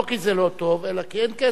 לא כי זה לא טוב אלא כי אין כסף.